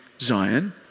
Zion